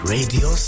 Radio